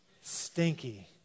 stinky